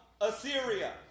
Assyria